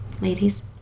ladies